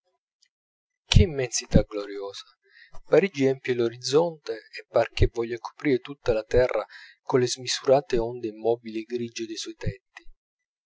immensità gloriosa parigi empie l'orizzonte e par che voglia coprire tutta la terra colle smisurate onde immobili e grigie dei suoi tetti